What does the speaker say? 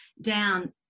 down